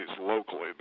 locally